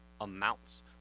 amounts